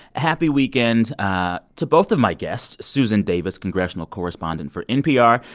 happy weekend ah to both of my guests, susan davis, congressional correspondent for npr,